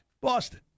Boston